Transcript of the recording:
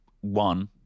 one